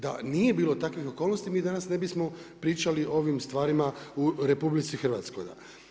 Da nije bilo takvih okolnosti, mi danas ne bismo pričali o ovim stvarima u RH.